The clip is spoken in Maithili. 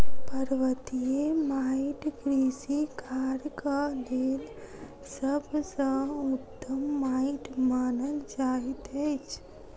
पर्वतीय माइट कृषि कार्यक लेल सभ सॅ उत्तम माइट मानल जाइत अछि